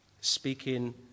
speaking